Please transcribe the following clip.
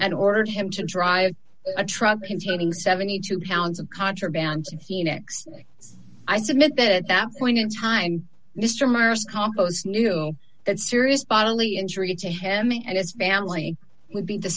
and ordered him to drive a truck containing seventy two pounds of contraband phoenix i submit that at that point in time mister maurice compos knew that serious bodily injury to him and his family would be the